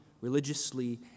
religiously